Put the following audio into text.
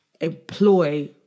employ